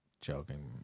joking